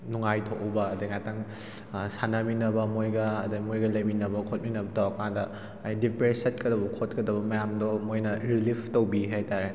ꯅꯨꯡꯉꯥꯏ ꯊꯣꯛꯎꯕ ꯑꯗꯩ ꯉꯥꯛꯇꯪ ꯁꯥꯟꯅꯃꯤꯟꯅꯕ ꯃꯣꯏꯒ ꯑꯗ ꯃꯣꯏꯒ ꯂꯩꯃꯤꯟꯅꯕ ꯈꯣꯠꯃꯤꯟꯅꯕ ꯇꯧꯔ ꯀꯥꯟꯗ ꯍꯥꯏꯗꯤ ꯗꯤꯄ꯭ꯔꯦꯁ ꯆꯠꯀꯗꯕ ꯈꯣꯠꯀꯗꯕ ꯃꯌꯥꯝꯗꯣ ꯃꯣꯏꯅ ꯔꯤꯂꯤꯐ ꯇꯧꯕꯤ ꯍꯥꯏꯇꯥꯔꯦ